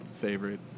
favorite